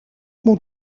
moet